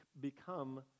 become